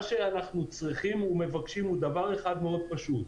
מה שאנחנו צריכים ומבקשים הוא דבר אחד מאוד פשוט,